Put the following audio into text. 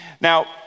Now